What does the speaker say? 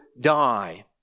die